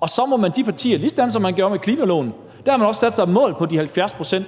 og at man i de partier på samme måde, som man gjorde med klimaloven, hvor man også havde sat sig et mål på de 70 pct.,